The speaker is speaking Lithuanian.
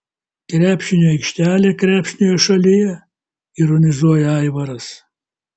krepšinio aikštelė krepšinio šalyje ironizuoja aivaras